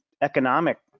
economic